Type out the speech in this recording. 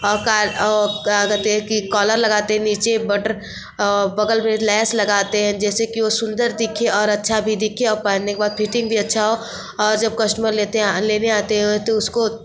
और काल क्या कहते हैं कि कॉलर लगाते हैं नीचे बटर बगल में एक लैस लगाते हैं जिसे कि ओ सुंदर दिखे और अच्छा भी दिखे और पहनने के बाद फिटिंग भी अच्छा हो और जब कस्टमर लेते हैं लेने आते हैं तो उसको